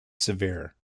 severe